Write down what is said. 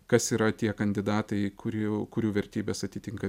kas yra tie kandidatai kurių kurių vertybės atitinka